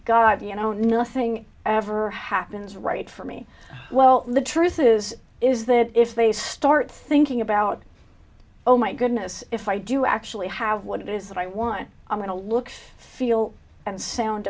god you know nothing ever happens right for me well the truth is is that if they start thinking about oh my goodness if i do actually have what it is that i want i'm going to look feel and sound